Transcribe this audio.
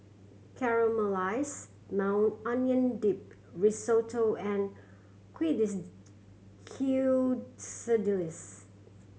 Caramelized Maui Onion Dip Risotto and